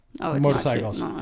motorcycles